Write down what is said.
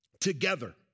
together